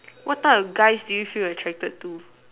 what type of guys do you feel attracted to